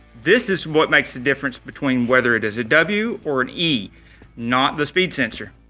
this is what makes the difference between whether it is a w or an e not the speed sensor.